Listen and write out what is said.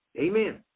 Amen